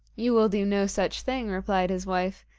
you will do no such thing replied his wife.